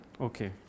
okay